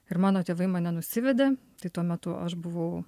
ir mano tėvai mane nusivedė tai tuo metu aš buvau